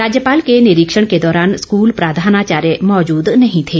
राज्यपाल के निरीक्षण के दौरान स्कूल प्रधानाचार्य मौजूद नहीं थे